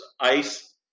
ice